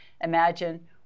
imagine